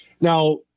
Now